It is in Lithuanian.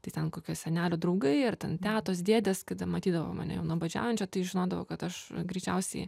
tai ten kokie senelių draugai ar ten tetos dėdės kada matydavo mane jau nuobodžiaujančią tai žinodavo kad aš greičiausiai